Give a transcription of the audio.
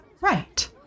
right